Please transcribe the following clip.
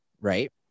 right